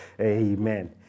amen